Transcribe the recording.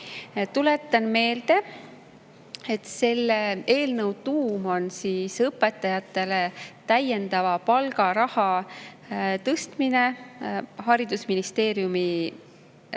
Tuletan meelde, et selle eelnõu tuum on õpetajatele täiendava palgaraha tõstmine Haridus-